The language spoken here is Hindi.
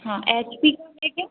हाँ एच पी का है क्या